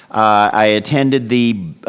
i attended the,